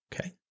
okay